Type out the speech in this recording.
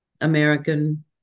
American